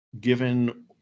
given